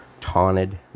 taunted